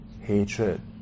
hatred